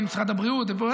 משרד הבריאות וכו'